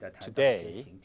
today